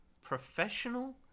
professional